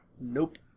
Nope